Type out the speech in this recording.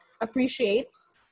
appreciates